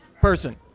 person